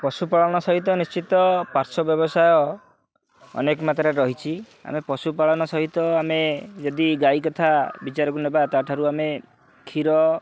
ପଶୁପାଳନ ସହିତ ନିଶ୍ଚିତ ପାର୍ଶ୍ଵ ବ୍ୟବସାୟ ଅନେକ ମାତ୍ରାରେ ରହିଛି ଆମେ ପଶୁପାଳନ ସହିତ ଆମେ ଯଦି ଗାଈ କଥା ବିଚାରକୁ ନେବା ତାଠାରୁ ଆମେ କ୍ଷୀର